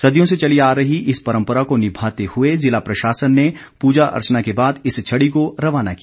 सदियों से चली आ रही इस परम्परा को निभाते हुए जिला प्रशासन ने पूजा अर्चना के बाद इस छड़ी को रवाना किया